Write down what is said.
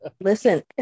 Listen